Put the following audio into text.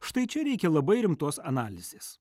štai čia reikia labai rimtos analizės